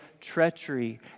treachery